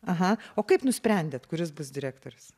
aha o kaip nusprendėt kuris bus direktorius